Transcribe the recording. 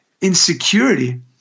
insecurity